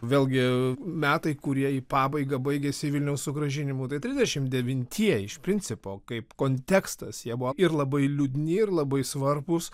vėlgi metai kurie į pabaigą baigėsi vilniaus sugrąžinimu tai trisdešimt devintieji iš principo kaip kontekstas jie buvo ir labai liūdni ir labai svarbūs